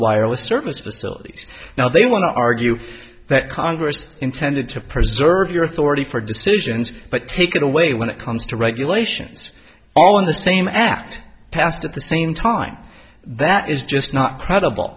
wireless service facilities now they want to argue that congress intended to preserve your authority for decisions but take it away when it comes to regulations all in the same act passed at the same time that is just not credible